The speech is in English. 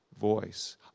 voice